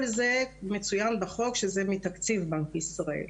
כל זה מצויין בחוק שזה מתקציב בנק ישראל.